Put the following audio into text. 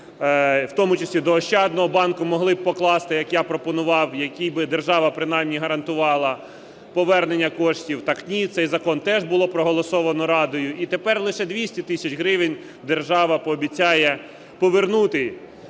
в тому числі до "Ощадного банку" могли б покласти, як я пропонував, який би держава принаймні гарантувала повернення коштів. Так ні, цей закон теж було проголосовано Радою. І тепер лише 200 тисяч гривень держава обіцяє повернути